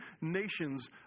nations